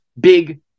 big